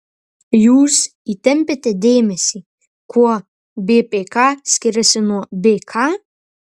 jūs įtempiate dėmesį kuo bpk skiriasi nuo bk